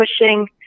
pushing